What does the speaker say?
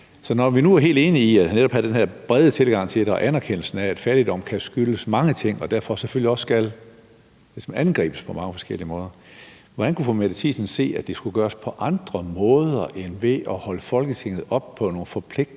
Så når vi nu er helt enige i netop at have den her brede tilgang til det og anerkendelsen af, at fattigdom kan skyldes mange ting og derfor selvfølgelig også skal angribes på mange forskellige måder, hvordan kan fru Mette Thiesen se, at det skulle gøres på andre måder end ved at holde Folketinget op på nogle forpligtende